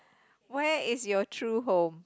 where is your true home